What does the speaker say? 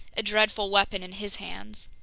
a dreadful weapon in his hands.